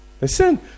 Listen